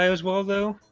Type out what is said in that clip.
as well though.